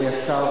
אדוני השר,